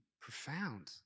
profound